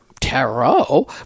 tarot